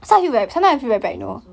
I miss also